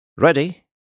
Ready